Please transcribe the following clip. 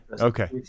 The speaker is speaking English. okay